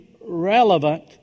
relevant